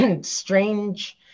strange